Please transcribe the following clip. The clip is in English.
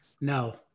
No